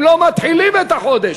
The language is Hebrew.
הם לא מתחילים את החודש.